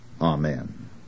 Amen